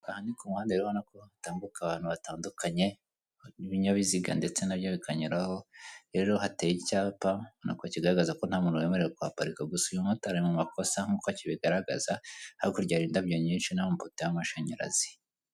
Abamama babiri bicaye imbere bari mu nama, ndetse n'abandi benshi bari inyuma basa nabo nk'abitabiriye inama; imbere yabo: hari telefone, hari ikirahure, hari ikiyiko ndetse n'ibindi bitandukanye.